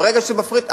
ברגע שהוא מפריט,